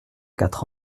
quatre